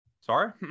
Sorry